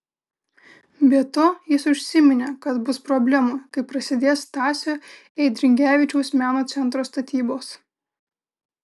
be to jis užsiminė kad bus problemų kai prasidės stasio eidrigevičiaus meno centro statybos